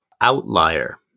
outlier